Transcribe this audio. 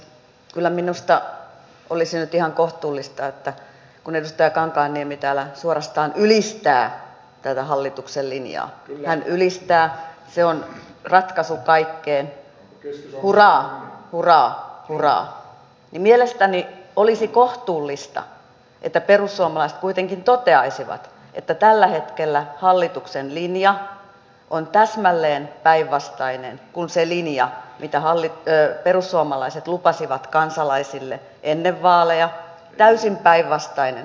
kyllä minusta olisi nyt ihan kohtuullista että kun edustaja kankaanniemi täällä suorastaan ylistää tätä hallituksen linjaa hän ylistää se on ratkaisu kaikkeen hurraa hurraa hurraa niin perussuomalaiset kuitenkin toteaisivat että tällä hetkellä hallituksen linja on täsmälleen päinvastainen kuin se linja mitä perussuomalaiset lupasivat kansalaisille ennen vaaleja täysin päinvastainen hallitusohjelma